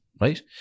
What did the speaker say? right